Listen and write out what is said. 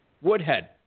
Woodhead